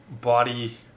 body